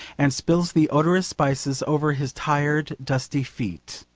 and spills the odorous spices over his tired dusty feet,